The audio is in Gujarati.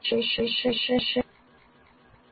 પ્રદર્શન એ નવા જ્ઞાન અને કુશળતાની રજૂઆત છે